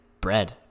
bread